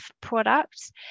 products